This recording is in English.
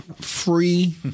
free